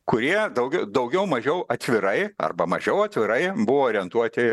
kurie daugiau daugiau mažiau atvirai arba mažiau atvirai buvo orientuoti